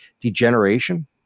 degeneration